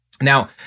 Now